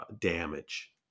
damage